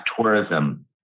tourism